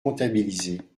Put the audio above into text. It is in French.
comptabiliser